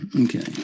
Okay